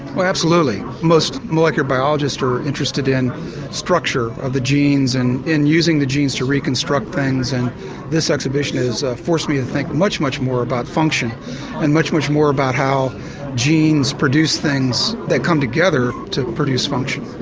absolutely, most molecular biologists are interested in structure of the genes and in using the genes to reconstruct things and this exhibition has forced me to think much, much more about function and much, much more about how genes produce things that come together to produce function.